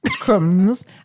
Crumbs